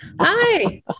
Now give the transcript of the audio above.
Hi